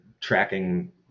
tracking